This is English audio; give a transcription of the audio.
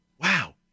Wow